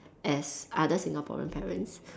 as other Singaporean parents